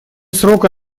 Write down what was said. срока